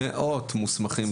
ומאות מוסמכים,